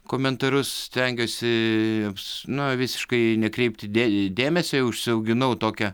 komentarus stengiuosiii jiems na visiškai nekreipti dė dėmesio užsiauginau tokią